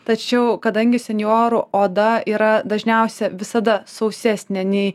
tačiau kadangi senjorų oda yra dažniausia visada sausesnė nei